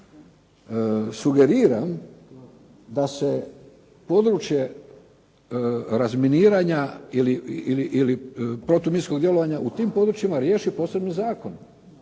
Sugeriram da se područje razminiranja ili protuminskog djelovanja u tim područjima riješi posebnim zakonom.